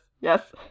yes